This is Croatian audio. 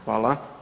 Hvala.